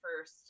first